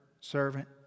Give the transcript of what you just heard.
servant